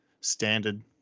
standard